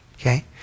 Okay